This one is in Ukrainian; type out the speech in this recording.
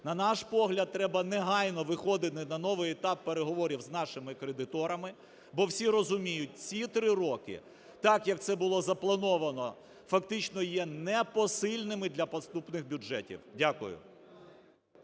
На наш погляд, треба негайно виходити на новий етап переговорів з нашими кредиторами, бо всі розуміють, ці три роки, так, як це було заплановано, фактично є непосильними для наступних бюджетів. Дякую.